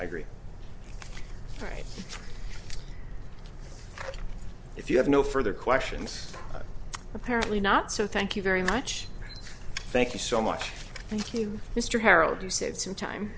i agree right if you have no further questions apparently not so thank you very much thank you so much thank you mr harold you said some time